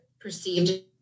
perceived